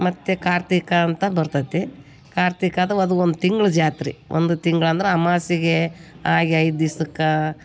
ಮತ್ತು ಕಾರ್ತೀಕ ಅಂತ ಬರ್ತ್ತದೆ ಕಾರ್ತೀಕಾದು ಅದು ಒಂದು ತಿಂಗ್ಳು ಜಾತ್ರೆ ಒಂದು ತಿಂಗ್ಳು ಅಂದ್ರೆ ಅಮಾವಾಸಿಗೆ ಆಗೇ ಐದು ದಿವ್ಸಕ್ಕ